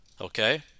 Okay